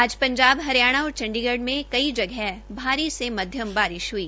आज पंजाब हरियाणा और चंडीगढ़ में कई जगह भारी से मध्यम बारिश हुई